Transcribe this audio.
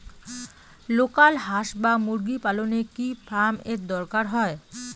Local হাস বা মুরগি পালনে কি ফার্ম এর দরকার হয়?